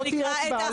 לא תהיה הצבעה.